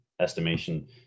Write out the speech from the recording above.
Estimation